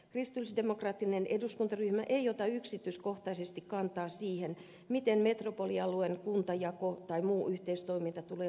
kristillisdemokraattinen eduskuntaryhmä ei ota yksityiskohtaisesti kantaa siihen miten metropolialueen kuntajako tai muu yhteistoiminta tulee uudistaa